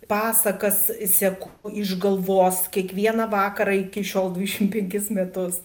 pasakas seku iš galvos kiekvieną vakarą iki šiol dvidešimt penkis metus